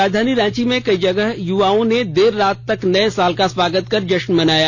राजधानी रांची में कई जगह युवाओं ने देर रात तक नए साल के स्वागत का जश्न मनाया